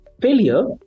failure